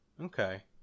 Okay